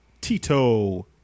Tito